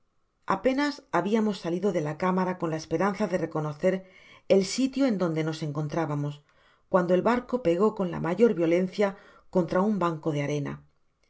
apenas habiamos salido de la cámara con la esperanza de reconocer el sitio en dondo nos encontrábamos cuando el barco pegó con la mayor violencia contra un banco de arena